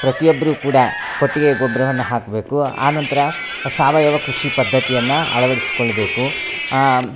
ಪ್ರತಿಯೊಬ್ಬರು ಕೂಡ ಕೊಟ್ಟಿಗೆ ಗೊಬ್ಬರವನ್ನ ಹಾಕಬೇಕು ಆ ನಂತರ ಸಾವಯವ ಕೃಷಿ ಪದ್ದತಿಯನ್ನು ಅಳವಡಿಸಿಕೊಳ್ಬೇಕು